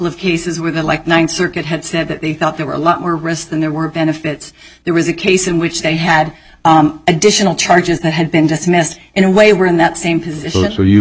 of cases where the like ninth circuit had said that they thought there were a lot more risk than there were benefits there was a case in which they had additional charges that had been dismissed in a way were in that same position where you